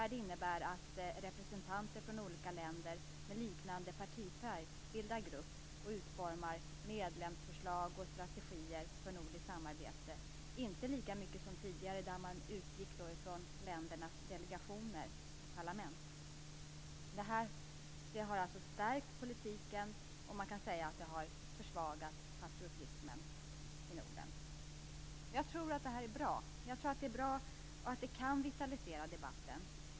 Det innebär att representanter från olika länder med liknande partifärg bildar grupp och utformar medlemsförslag och strategier för nordiskt samarbete. Det är inte som tidigare där man utgick från ländernas delegationer och parlament. Det har stärkt den politiska ställningen och försvagat patriotismen i Norden. Jag tror att det är bra och kan vitalisera debatten.